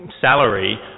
salary